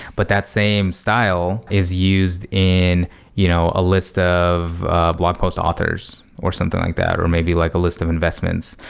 but that same style is used in you know a list of a blog post authors or something like that, or maybe like a list of investments,